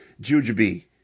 Jujubee